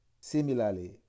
Similarly